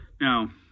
Now